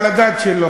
על הדת שלו.